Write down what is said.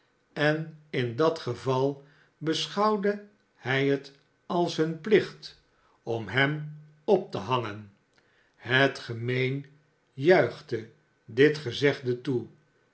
en in dat geval beschouwde hij het als hun plicht om hem op te hangen het gemeen juichte dit gezegde toe